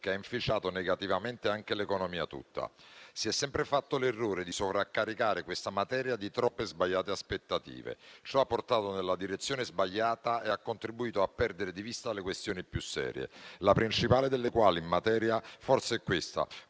che ha inficiato negativamente anche l'economia tutta. Si è sempre fatto l'errore di sovraccaricare questa materia di troppe e sbagliate aspettative. Ciò ha portato nella direzione sbagliata e ha contribuito a perdere di vista le questioni più serie, la principale delle quali in materia forse è questa: